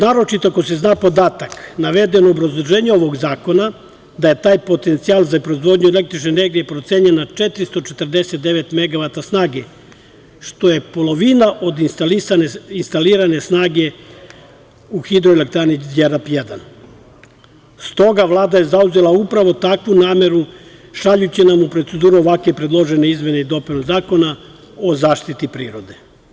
Naročito ako se zna podatak naveden u obrazloženju ovog zakona, da je taj potencijal za proizvodnju električne energije procenjen na 449 megavata snage, što je polovina od instalirane snage u hidroelektrani Đerdap 1. Stoga, Vlada je zauzela upravo takvu nameru šaljući nam u proceduru ovakve predložene izmene i dopune Zakona o zaštiti prirode.